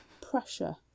pressure